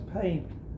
pain